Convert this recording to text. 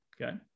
Okay